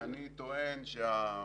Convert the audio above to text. אני טוען שהתוספות